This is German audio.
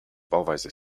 bauweise